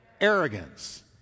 Arrogance